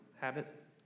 habit